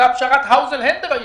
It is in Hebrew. אותה פשרת האוזר-הנדל הידועה.